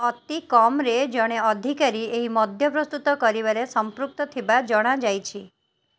ଅତି କମ୍ରେ ଜଣେ ଅଧିକାରୀ ଏହି ମଦ୍ୟ ପ୍ରସ୍ତୁତ କରିବାରେ ସମ୍ପୃକ୍ତ ଥିବା ଜଣାଯାଇଛି